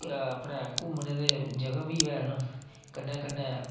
अपने घुम्मने दे जगह बी हैन कन्नै कन्नै